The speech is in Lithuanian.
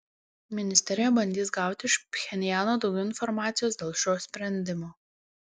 ministerija bandys gauti iš pchenjano daugiau informacijos dėl šio sprendimo